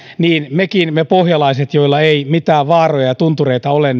mekin me pohjalaiset joilla ei mitään vaaroja ja tuntureita ole